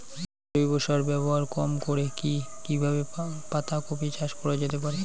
জৈব সার ব্যবহার কম করে কি কিভাবে পাতা কপি চাষ করা যেতে পারে?